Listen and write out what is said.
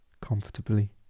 comfortably